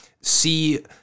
see